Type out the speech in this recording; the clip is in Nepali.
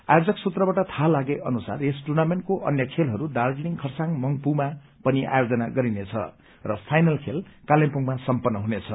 आोजक सूत्रबाट थाहा लागे अनुसार यस टुर्नामेन्टको अन्य खेलहरू दार्जीलिङ खरसाङ मंग्पूमा पनि आयोजन गरिने छ र फाइनल खेल कालेब्रुङमा सम्पत्र हुनेछ